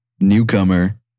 newcomer